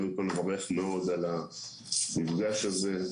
אני קודם כל מברך מאוד על המפגש הזה.